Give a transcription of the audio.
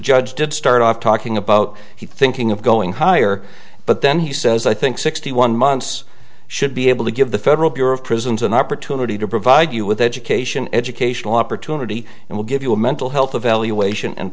judge did start off talking about he thinking of going higher but then he says i think sixty one months should be able to give the federal bureau of prisons an opportunity to provide you with education educational opportunity and will give you a mental health evaluation and